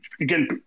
Again